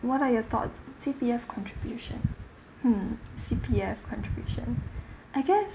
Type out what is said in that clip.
what are your thoughts C_P_F contribution hmm C_P_F contribution I guess